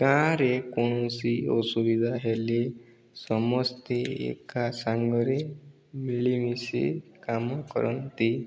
ଗାଁ ରେ କୌଣସି ଅସୁବିଧା ହେଲେ ସମସ୍ତେ ଏକା ସାଙ୍ଗରେ ମିଳିମିଶି କାମ କରନ୍ତି